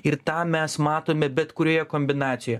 ir tą mes matome bet kurioje kombinacijoje